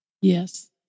Yes